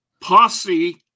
posse